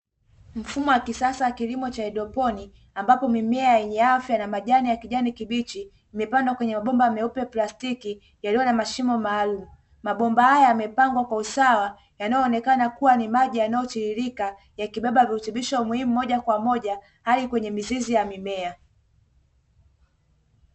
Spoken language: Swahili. Mfumo wa kisasa wa kilimo cha haidroponi ambapo mimea yenye afya na majani ya kijani kibichi yamepandwa kwenye mabomba meupe yaliyo na mashimo maalumu. Mabomba haya yamepangwa kwa usawa yanayoonekana kuwa ni maji yanayotiririka yakibeba virutubisho muhimu moja kwa moja hadi kwenye mizizi ya mimea.